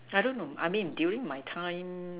I don't know I mean during my time